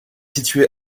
situé